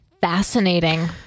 Fascinating